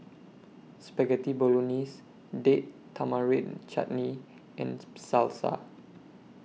Spaghetti Bolognese Date Tamarind Chutney and Salsa